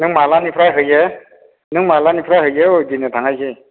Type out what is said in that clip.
नों मालानिफ्राय होयो नों मालानिफ्राय होयो ओइदिननो थांनायसै